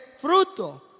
fruto